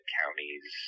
counties